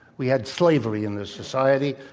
we had slavery in this society,